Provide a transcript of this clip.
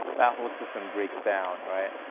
that whole system breaks down, right?